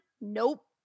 Nope